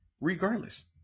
Regardless